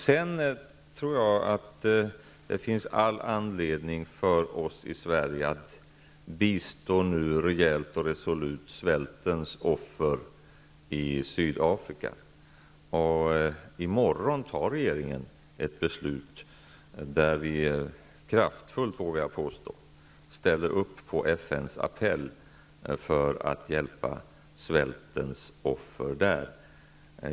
Sedan tror jag att det finns all anledning för oss i Sverige att nu rejält och resolut bistå svältens offer i Afrika. I morgon tar regeringen ett beslut där vi -- kraftfullt, vågar jag påstå -- ställer upp på FN:s appell för att hjälpa svältens offer där.